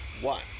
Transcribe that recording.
one